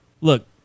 look